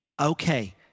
Okay